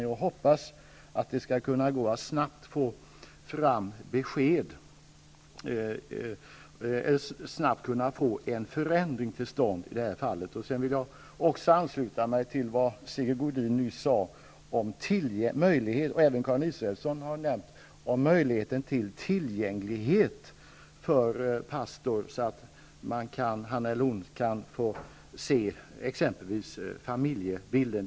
Jag hoppas att det skall kunna gå att snabbt få en förändring till stånd. Till slut vill jag ansluta mig till vad Sigge Godin och Karin Israelsson sade om behovet av större tillgänglighet för pastor så att han eller hon kan få se exempelvis familjebilden.